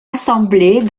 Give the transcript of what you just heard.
assemblés